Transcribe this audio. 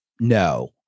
no